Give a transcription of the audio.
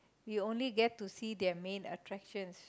you only get to see their main attractions